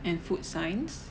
and food science